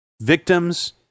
Victims